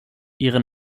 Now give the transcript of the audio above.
ihre